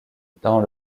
dans